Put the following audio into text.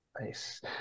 Nice